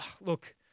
look